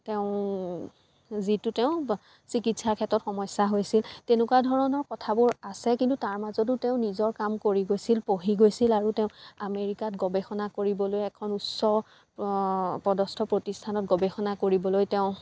তেওঁ যিটো তেওঁ চিকিৎসাৰ ক্ষেত্ৰত সমস্য়া হৈছিল তেনেকুৱা ধৰণৰ কথাবোৰ আছে কিন্তু তাৰ মাজতো তেওঁ নিজৰ কাম কৰি গৈছিল পঢ়ি গৈছিল আৰু তেওঁ আমেৰিকাত গৱেষণা কৰিবলৈ এখন উচ্চ পদস্থ প্ৰতিষ্ঠানত গৱেষণা কৰিবলৈ তেওঁ